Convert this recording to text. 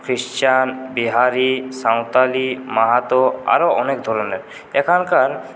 খ্রিস্টান বিহারী সাঁওতালি মাহাতো আরও অনেক ধরনের এখানকার